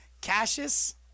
Cassius